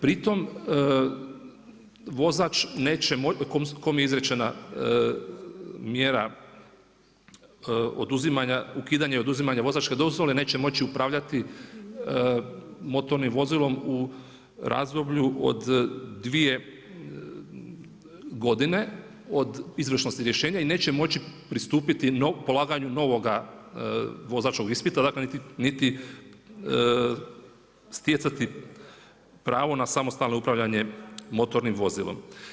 Pri tome vozač neće moći, kome je izrečena mjera oduzimanja, ukidanje i oduzimanje vozačke dozvole neće moći upravljati motornim vozilom u razdoblju od 2 godine od izvršnosti rješenja i neće moći pristupiti polaganju novoga vozačkog ispita dakle niti stjecati pravo na samostalno upravljanje motornim vozilom.